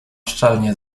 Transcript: szczelnie